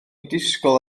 disgwyl